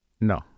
no